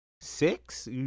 six